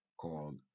called